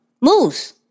Moose